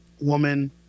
woman